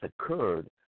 occurred